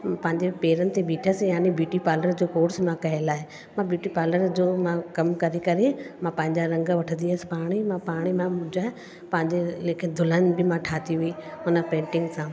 पंहिंजे पेरनि ते बीठसि यानि ब्यूटी पार्लर जो कोर्स मां कयल आहे मां ब्यूटी पार्लर जो मां कमु करे करे मां पंहिंजा रंग वठंदी हुअसि पाणे ई मां पाणे मां मुंहिंजा पंहिंजे लेकिनि दुल्हन बि मां ठाती हुई हुन पेंटिग सां